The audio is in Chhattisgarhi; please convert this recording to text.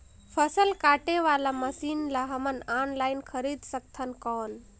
फसल काटे वाला मशीन ला हमन ऑनलाइन खरीद सकथन कौन?